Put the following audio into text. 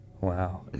Wow